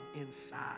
inside